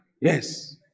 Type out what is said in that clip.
Yes